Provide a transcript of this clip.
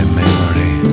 memory